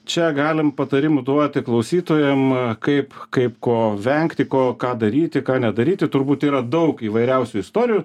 čia galim patarimų duoti klausytojam kaip kaip ko vengti ko ką daryti ką nedaryti turbūt yra daug įvairiausių istorijų